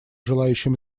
желающим